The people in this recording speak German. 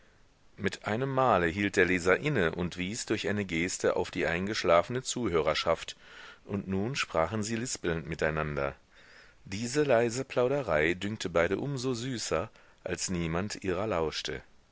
mit einem male hielt der leser inne und wies durch eine geste auf die eingeschlafene zuhörerschaft und nun sprachen sie lispelnd miteinander diese leise plauderei dünkte beide um so süßer als niemand ihrer lauschte